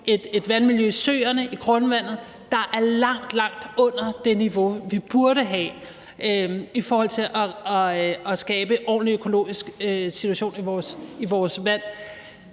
et vandmiljø i søerne og i grundvandet, der er langt, langt under det niveau, vi burde have i forhold til at skabe en ordentlig økologisk situation i vores vande.